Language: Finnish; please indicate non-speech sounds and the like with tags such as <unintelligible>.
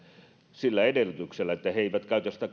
sillä edellytyksellä että he eivät käytä sitä <unintelligible>